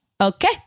Okay